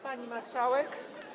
Pani Marszałek!